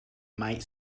might